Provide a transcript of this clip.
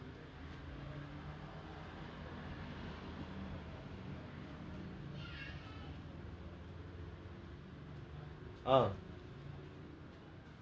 and~ and also um it is like um among the among them there will be one person called marcus marcus வந்து:vanthu he is an orphan and he